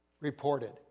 reported